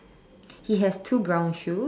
he has two brown shoes